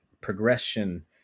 progression